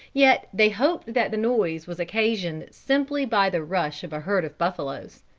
yet they hoped that the noise was occasioned simply by the rush of a herd of buffaloes.